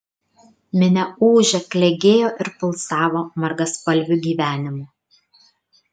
minia ūžė klegėjo ir pulsavo margaspalviu gyvenimu